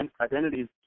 identities